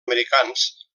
americans